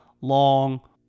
long